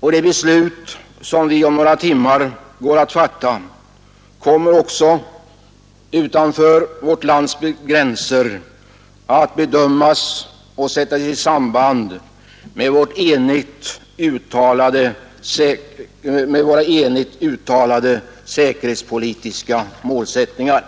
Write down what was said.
och det beslut som vi om några timmar går att fatta kommer också av omvärlden att bedömas efter och sättas i samband med våra enhälligt uttalade säkerhetspolitiska målsättningar.